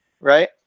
Right